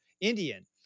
Indian